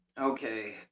Okay